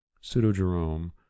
Pseudo-Jerome